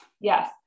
Yes